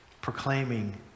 proclaiming